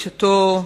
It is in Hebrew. בשעתו,